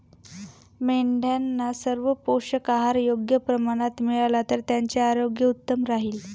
मेंढ्यांना सर्व पोषक आहार योग्य प्रमाणात मिळाला तर त्यांचे आरोग्य उत्तम राहील